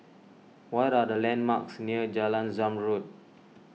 what are the landmarks near Jalan Zamrud